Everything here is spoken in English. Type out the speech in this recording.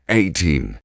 eighteen